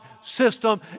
system